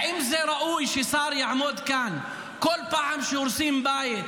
האם זה ראוי ששר יעמוד כאן כל פעם שהורסים בית,